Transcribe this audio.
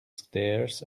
stairs